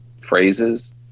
phrases